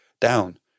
down